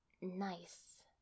Nice